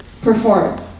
performance